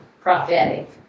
prophetic